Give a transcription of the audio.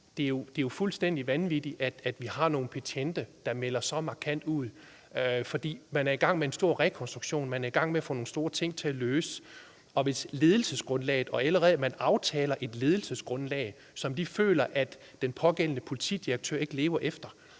det er jo fuldstændig vanvittigt, at vi har nogle betjente, der melder så markant ud. Man er i gang med en stor rekonstruktion, man er i gang med at få nogle store ting til at lykkes, og hvis man aftaler et ledelsesgrundlag, som man føler at den pågældende politidirektør ikke efterlever,